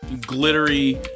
Glittery